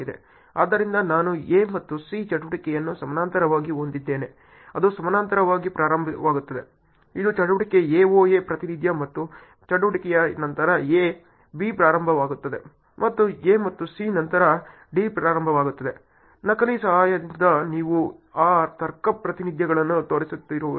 ಆದ್ದರಿಂದ ನಾನು A ಮತ್ತು C ಚಟುವಟಿಕೆಯನ್ನು ಸಮಾನಾಂತರವಾಗಿ ಹೊಂದಿದ್ದೇನೆ ಅದು ಸಮಾನಾಂತರವಾಗಿ ಪ್ರಾರಂಭವಾಗುತ್ತದೆ ಇದು ಚಟುವಟಿಕೆ AoA ಪ್ರಾತಿನಿಧ್ಯ ಮತ್ತು ಚಟುವಟಿಕೆಯ ನಂತರ A B ಪ್ರಾರಂಭವಾಗುತ್ತದೆ ಮತ್ತು A ಮತ್ತು C ನಂತರ D ಪ್ರಾರಂಭವಾಗುತ್ತದೆ ನಕಲಿ ಸಹಾಯದಿಂದ ನೀವು ಆ ತರ್ಕ ಪ್ರಾತಿನಿಧ್ಯಗಳನ್ನು ತೋರಿಸುತ್ತಿರುವಿರಿ